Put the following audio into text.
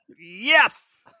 Yes